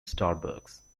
starbucks